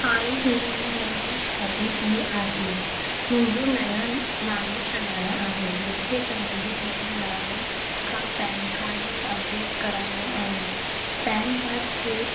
हाल ई में मुंहिंजी शादी थी आहे मुंहिंजो नयां नालो शनाया आहे मूंखे पंहिंजे नए नाले खां पैन काड में अपडेट कराइणो आहे पैन काड स्पोट